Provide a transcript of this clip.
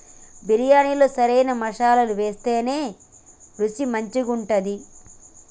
బిర్యాణిలో సరైన మసాలాలు వేత్తేనే రుచి మంచిగుంటది